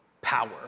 power